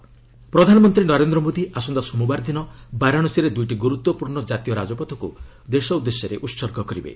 PM Varanasi ପ୍ରଧାନମନ୍ତ୍ରୀ ନରେନ୍ଦ୍ର ମୋଦି ଆସନ୍ତା ସୋମବାର ଦିନ ବାରାଣସୀରେ ଦ୍ରଇଟି ଗୁର୍ରତ୍ୱପୂର୍ଷ ଜାତୀୟ ରାଜପଥକ୍ତ ଦେଶ ଉଦ୍ଦେଶ୍ୟରେ ଉତ୍ସର୍ଗ କରିବେ